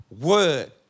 word